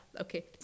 Okay